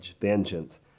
vengeance